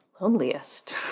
Loneliest